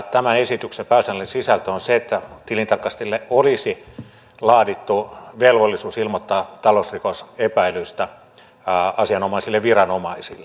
tämän esityksen pääasiallinen sisältö on se että tilintarkastajille olisi laadittu velvollisuus ilmoittaa talousrikosepäilyistä asianomaisille viranomaisille